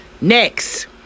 Next